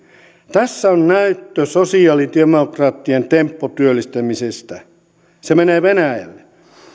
tässä on näyttö sosialidemokraattien tempputyöllistämisestä se menee venäjälle